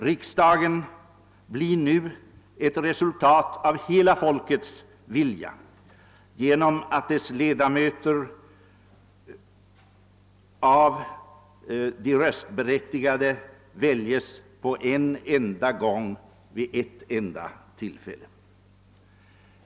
Riksdagen blir nu ett utslag av hela folkets vilja genom att dess ledamöter väljes av de röstberättigade på en gång vid ett enda tillfälle.